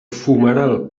fumeral